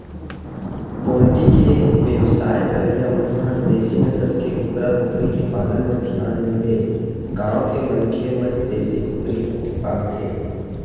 poultry के बेवसाय करइया मन ह देसी नसल के कुकरा कुकरी के पालन म धियान नइ देय गांव के मनखे मन देसी कुकरी पालथे